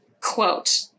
Quote